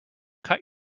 cut